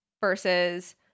versus